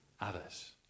others